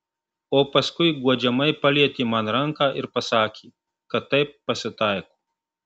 o paskui guodžiamai palietė man ranką ir pasakė kad taip pasitaiko